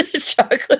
chocolate